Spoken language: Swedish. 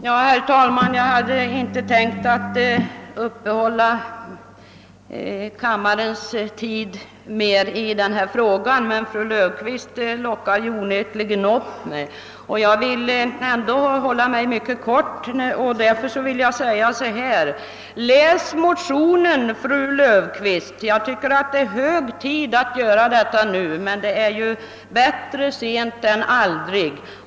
Herr talman! Jag hade inte tänkt att uppehålla kammarens tid mer i denna fråga, men fru Löfqvist lockade upp mig i talarstolen. Jag vill emellertid fatta mig mycket kort, och därför säger jag bara: Läs motionen, fru Löfqvist! Det är hög tid nu att göra det, men bättre sent än aldrig.